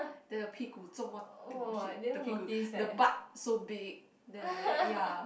then the 屁股做么 oh shit the 屁股 the butt so big then like that ya